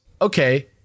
Okay